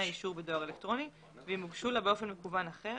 האישור בדואר אלקטרוני ואם הוגשו לה באופן מקוון אחר,